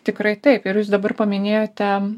tikrai taip ir jūs dabar paminėjote